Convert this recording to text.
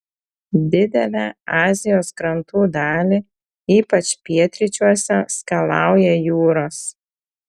didelę azijos krantų dalį ypač pietryčiuose skalauja jūros